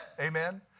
Amen